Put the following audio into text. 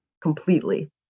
completely